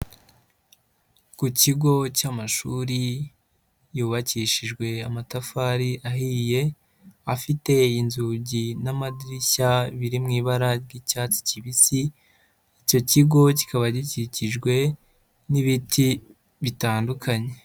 Ku kigo cy'amashuri yubakishijwe amatafari ahiye, afite inzugi n'amadirishya biri mu ibara ry'icyatsi kibisi, icyo kigo kikaba gikikijwe n'ibiti bitandukanye.